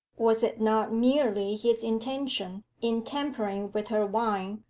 was it not merely his intention, in tampering with her wine,